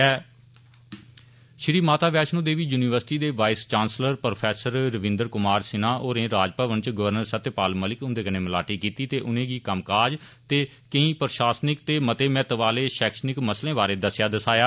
ट ढै डटक श्री माता वैश्णो देवी यूनिवर्सिटी दे vice chancellor professor Ravindra Kumar Sinha होरें राजभवन इच गवर्नर सत्यपाल मलिक हुंदे नै मलाटी कीती ते उनें गी कम्मंकाज ते केईं प्रषासनिक ते मते महत्त्व आहले षैक्षणिक मसलें बारै दस्सैआ दसाया